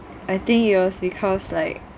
I think it was because like